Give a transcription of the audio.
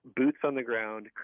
boots-on-the-ground